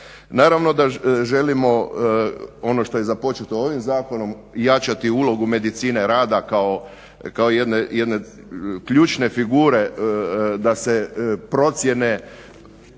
Naravno da želimo ono što je započeto ovim zakonom jačati ulogu medicine rada kao jedne ključne figure da se procjene